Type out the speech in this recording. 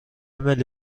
ملی